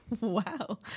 Wow